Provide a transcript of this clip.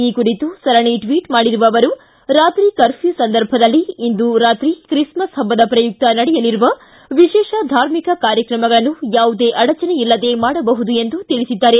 ಈ ಕುರಿತು ಸರಣಿ ಟ್ವಿಟ್ ಮಾಡಿರುವ ಅವರು ರಾತ್ರಿ ಕರ್ಪ್ಯೂ ಸಂದರ್ಭದಲ್ಲಿ ಇಂದು ರಾತ್ರಿ ತ್ರಿಸ್ಮಸ್ ಹಬ್ಬದ ಪ್ರಯುಕ್ತ ನಡೆಯಲಿರುವ ವಿಶೇಷ ಧಾರ್ಮಿಕ ಕಾರ್ಯಕ್ರಮಗಳನ್ನು ಯಾವುದೇ ಅಡಚಣೆಯಿಲ್ಲದೆ ಮಾಡಬಹುದು ಎಂದು ತಿಳಿಸಿದ್ದಾರೆ